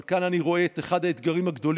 אבל כאן אני רואה את אחד האתגרים הגדולים.